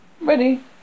ready